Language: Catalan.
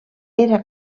era